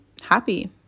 happy